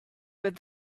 but